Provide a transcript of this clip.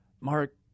Mark